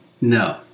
No